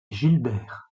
gilbert